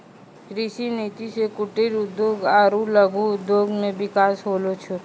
कृषि नीति से कुटिर उद्योग आरु लघु उद्योग मे बिकास होलो छै